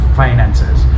finances